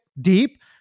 deep